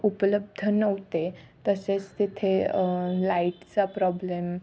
उपलब्ध नव्हते तसेच तिथे लाईटचा प्रॉब्लेम